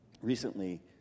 recently